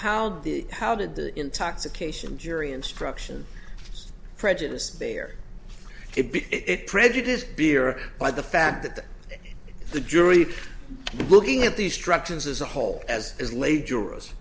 how the how did the intoxication jury instruction prejudice there it prejudice beer by the fact that the jury looking at these structures as a whole as as lay jurors